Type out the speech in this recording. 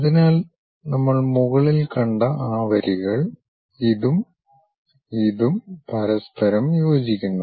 അതിനാൽ നമ്മൾ മുകളിൽ കണ്ട ആ വരികൾ ഇതും ഇതും പരസ്പരം യോജിക്കുന്നു